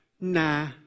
nah